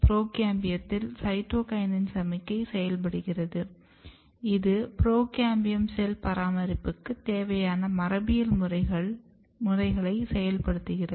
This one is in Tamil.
புரோகேம்பியத்தில் சைட்டோகினின் சமிக்ஞை செயல்படுகிறது இது புரோகேம்பியம் செல் பராமரிப்புக்கு தேவையான மரபியல் முறைகளை செயல்படுத்துகிறது